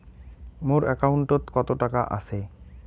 মোর একাউন্টত কত টাকা আছে?